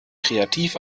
kreativ